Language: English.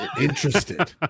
interested